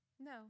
No